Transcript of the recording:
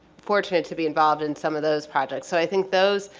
fortunate to be involved in some of those projects so i think those,